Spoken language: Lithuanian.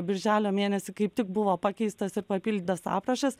birželio mėnesį kaip tik buvo pakeistas ir papildytas aprašas